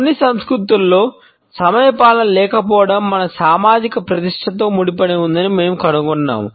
కొన్ని సంస్కృతులలో సమయపాలన లేకపోవడం మన సామాజిక ప్రతిష్టతో ముడిపడి ఉందని మేము కనుగొన్నాము